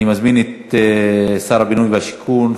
אני מזמין את שר הבינוי והשיכון,